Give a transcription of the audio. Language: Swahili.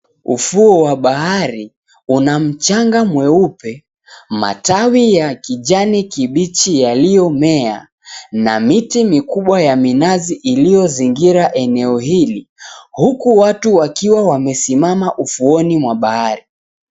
Ufuo wa bahari una mchanga mweupe, matawi ya kijani kibichi yaliyomea na miti mikubwa ya minazi iliyozingira eneo hili, huku watu wakiwa wamesimama ufuoni mwa bahari.